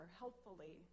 helpfully